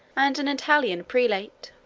and an italian prelate.